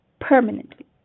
permanently